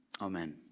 Amen